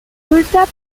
resulta